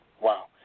Wow